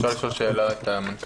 אני רוצה לשאול שאלה את המנכ"ל.